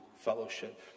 fellowship